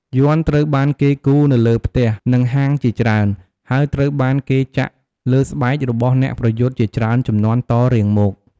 យ័ន្តត្រូវបានគេគូរនៅលើផ្ទះ និងហាងជាច្រើន ហើយត្រូវបានគេចាក់លើស្បែករបស់អ្នកប្រយុទ្ធជាច្រើនជំនាន់តរៀងមក។